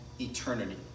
eternity